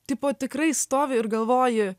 tipo tikrai stovi ir galvoji